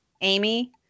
Amy